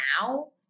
now